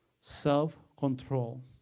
Self-control